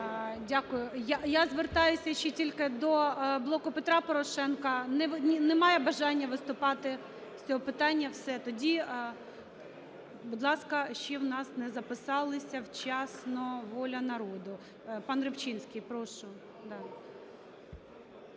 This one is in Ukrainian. Дякую. Я звертаюся ще тільки до "Блоку Петра Порошенка". Немає бажання виступати з цього питання? Все. Тоді, будь ласка, ще у нас не записалися вчасно "Воля народу". Пан Рибчинський, прошу.